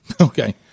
Okay